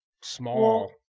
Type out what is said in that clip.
small